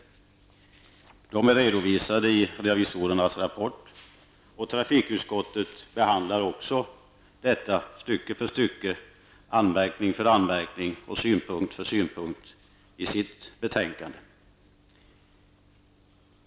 Detta finns redovisat i revisorernas rapport, och trafikutskottet behandlar också detta stycke för stycke, anmärkning för anmärkning och synpunkt för synpunkt i sitt betänkande.